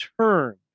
turn